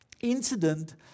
incident